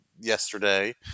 yesterday